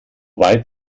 weit